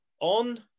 on